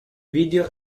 video